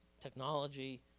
technology